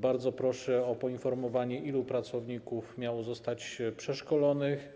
Bardzo proszę o poinformowanie, ilu pracowników miało zostać przeszkolonych,